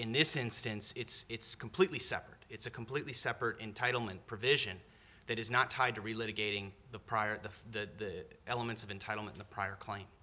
in this instance it's completely separate it's a completely separate entitlement provision that is not tied to related gating the prior the elements of entitlement the prior claim